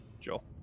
Joel